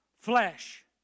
flesh